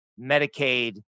Medicaid